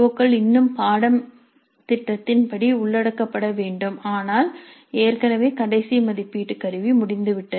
க்கள் இன்னும் பாடம் திட்டத்தின் படி உள்ளடக்கப்பட வேண்டும் ஆனால் ஏற்கனவே கடைசி மதிப்பீட்டு கருவி முடிந்துவிட்டது